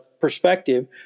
perspective